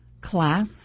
class